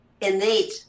innate